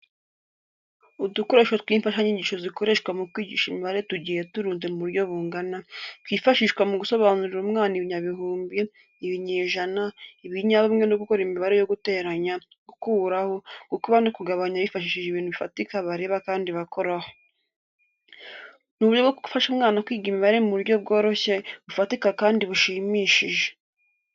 Udukoresho tw'imfashanyigisho zikoreshwa mu kwigisha imibare tugiye turunze mu butyo bungana, twifashishwa mu gusobanurira umwana ibinyagihumbi, ibinyejana, ibinyabumwe no gukora imibare yo guteranya, gukuraho, gukuba no kugabanya bifashishije ibintu bifatika bareba kandi bakoraho. Ni uburyo bwo gufasha umwana kwiga imibare mu buryo bworoshye, bufatika kandi bushimishije.